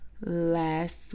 last